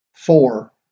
Four